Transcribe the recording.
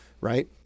right